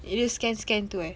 it is scan scan tu eh